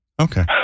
Okay